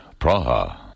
Praha